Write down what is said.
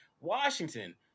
Washington